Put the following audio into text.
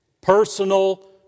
Personal